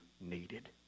needed